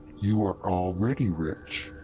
you are already rich!